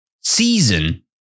season